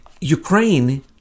Ukraine